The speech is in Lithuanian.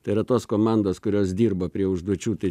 tai yra tos komandos kurios dirba prie užduočių tai